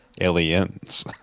Aliens